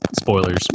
Spoilers